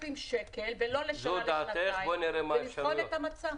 שקלים ולא לשנה אלא לשנתיים ולבחון את המצב.